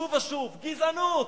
שוב ושוב, גזענות.